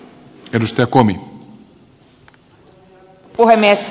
arvoisa herra puhemies